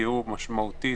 שנפגעו משמעותית